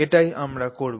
এটাই আমরা করব